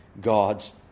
God's